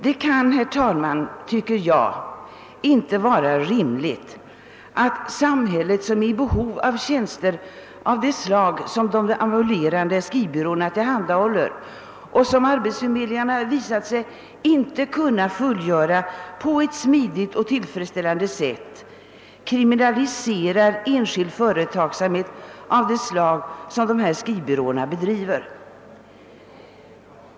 Det kan, herr talman, inte vara rimligt att samhället, som är i stort behov av tjänster av det slag som de ambulerande skrivbyråerna tillhandahåller och som arbetsförmedlingarna visat sig inte kunna fullgöra på ett smidigt och tillfredsställande sätt, kriminaliserar enskild företagsamhet av det slag som dessa skrivbyråer bedriver.